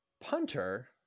punter